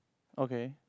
okay